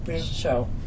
Show